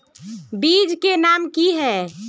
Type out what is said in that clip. बीज के नाम की है?